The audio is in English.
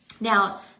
Now